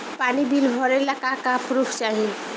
पानी बिल भरे ला का पुर्फ चाई?